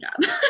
job